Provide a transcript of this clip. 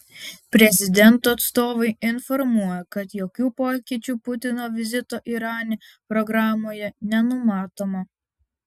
prezidento atstovai informuoja kad jokių pokyčių putino vizito irane programoje nenumatoma